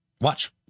Watch